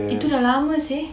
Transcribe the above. itu dah lama seh